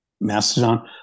Mastodon